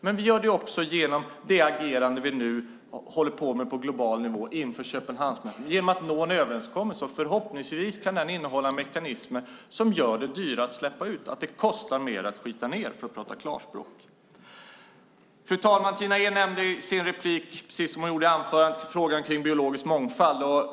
Men vi gör det också genom det agerande vi nu håller på med på global nivå inför Köpenhamnsmötet, genom att nå en överenskommelse. Förhoppningsvis kan den innehålla mekanismer som gör det dyrare att släppa ut, att det kostar mer att skita ned, för att tala klarspråk. Fru ålderspresident! Tina Ehn nämnde i sin replik, precis som hon gjorde i anförandet, frågan om biologisk mångfald.